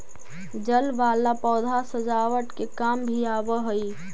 जल वाला पौधा सजावट के काम भी आवऽ हई